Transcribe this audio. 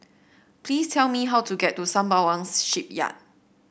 please tell me how to get to Sembawang Shipyard